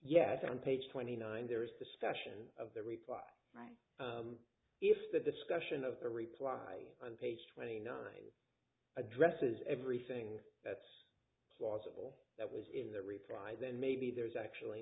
and page twenty nine there is discussion of the reply right if the discussion of a reply on page twenty nine addresses everything's that's plausible that was in the reply then maybe there's actually